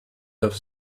have